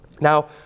Now